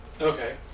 Okay